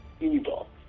evil